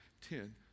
Ten